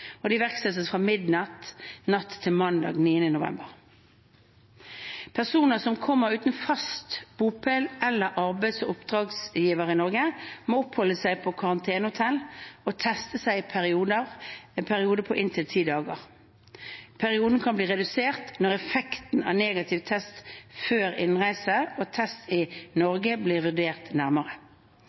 iverksettes fra midnatt natt til mandag 9. november. Personer som kommer uten fast bopel eller arbeids- eller oppdragsgiver i Norge, må oppholde seg på karantenehotell og teste seg i en periode på inntil ti dager. Perioden kan bli redusert når effekten av negativ test før innreise og test tatt i Norge blir vurdert nærmere.